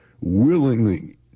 willingly